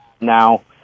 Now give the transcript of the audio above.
now